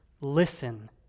Listen